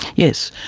yes.